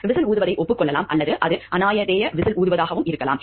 whistle ஊதுவதை ஒப்புக்கொள்ளலாம் அல்லது அது அநாமதேய விசில் ஊதுவதாகவும் இருக்கலாம்